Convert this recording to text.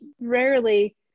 rarely